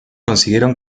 consiguieron